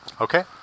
Okay